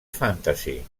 fantasy